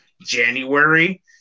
January